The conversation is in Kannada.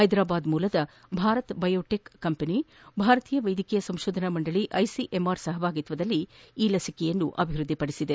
ಹೈದರಾಬಾದ್ ಮೂಲದ ಭಾರತ್ ಬಯೋಟೆಕ್ ಕಂಪನಿ ಭಾರತೀಯ ವೈದ್ಯಕೀಯ ಸಂತೋಧನಾ ಮಂಡಳಿ ಐಸಿಎಂಆರ್ ಸಹಭಾಗಿತ್ವದಲ್ಲಿ ಈ ಲಿಸಿಕೆಯನ್ನು ಅಭಿವೃದ್ಧಿಪಡಿಸಿದೆ